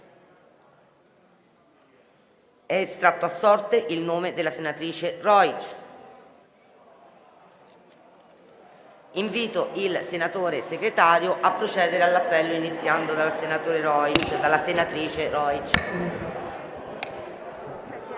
*(È estratto a sorte il nome della senatrice Rojc).* Invito il senatore Segretario a procedere all'appello, iniziando dalla senatrice Rojc. PUGLIA,